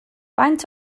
faint